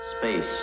Space